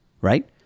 right